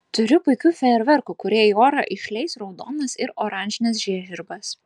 turiu puikių fejerverkų kurie į orą išleis raudonas ir oranžines žiežirbas